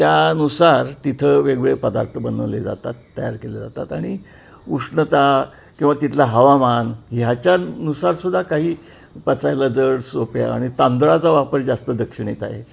त्यानुसार तिथं वेगवेगळे पदार्थ बनवले जातात तयार केले जातात आणि उष्णता किंवा तिथलं हवामान ह्याच्यानुसार सुद्धा काही पचायला जड सोप्या आणि तांदळाचा वापर जास्त दक्षिणेत आहे